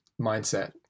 mindset